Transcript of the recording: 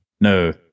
No